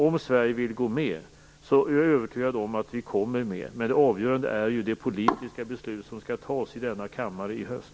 Om Sverige vill gå med är jag övertygad om att vi kommer med. Det avgörande är emellertid det politiska beslut som skall fattas i denna kammare i höst.